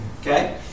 okay